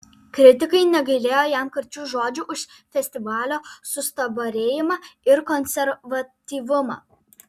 kritikai negailėjo jam karčių žodžių už festivalio sustabarėjimą ir konservatyvumą